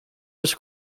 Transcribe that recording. his